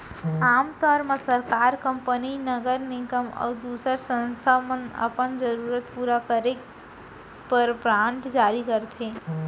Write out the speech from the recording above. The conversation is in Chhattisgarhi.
आम तौर म सरकार, कंपनी, नगर निगम अउ दूसर संस्था मन अपन जरूरत पूरा करे बर बांड जारी करथे